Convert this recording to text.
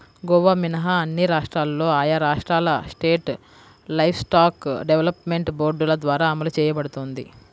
గోవా మినహా అన్ని రాష్ట్రాల్లో ఆయా రాష్ట్రాల స్టేట్ లైవ్స్టాక్ డెవలప్మెంట్ బోర్డుల ద్వారా అమలు చేయబడుతోంది